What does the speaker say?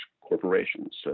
corporations